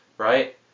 Right